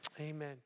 Amen